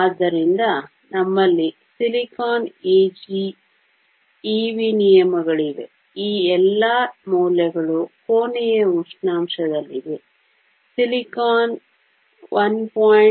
ಆದ್ದರಿಂದ ನಮ್ಮಲ್ಲಿ silicon Eg eV ನಿಯಮಗಳಿವೆ ಈ ಎಲ್ಲಾ ಮೌಲ್ಯಗಳು ಕೋಣೆಯ ಉಷ್ಣಾಂಶದಲ್ಲಿವೆ ಸಿಲಿಕಾನ್ 1